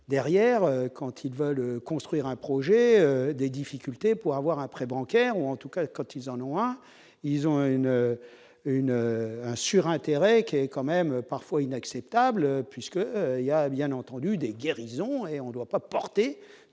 derrière quand ils veulent construire un projet, des difficultés pour avoir un prêt bancaire, ou en tout cas, quand ils en noir, ils ont une une un sur un intérêt qui est quand même parfois inacceptable puisque il y a bien entendu des guérisons et on ne doit pas porter